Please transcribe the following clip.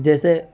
جیسے